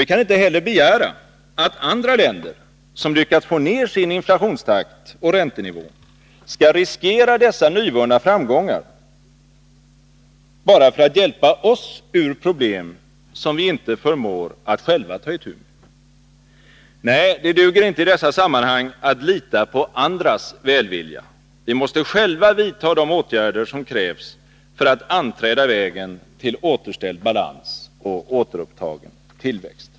Vi kan inte heller begära att andra länder, som lyckats få ner sin inflationstakt och räntenivå, skall riskera dessa nyvunna framgångar bara för att hjälpa oss ur problem som vi inte förmår att själva ta itu med. Nej, det duger inte i dessa sammanhang att lita på andras välvilja. Vi måste själva vidta de åtgärder som krävs för att anträda vägen till återställd balans och återupptagen tillväxt.